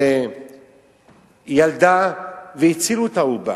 ילדה והצילו את העובר.